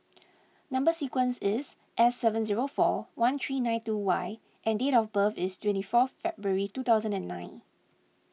Number Sequence is S seven zero four one three nine two Y and date of birth is twenty four February two thousand and nine